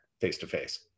face-to-face